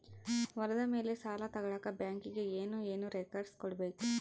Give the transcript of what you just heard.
ಹೊಲದ ಮೇಲೆ ಸಾಲ ತಗಳಕ ಬ್ಯಾಂಕಿಗೆ ಏನು ಏನು ರೆಕಾರ್ಡ್ಸ್ ಕೊಡಬೇಕು?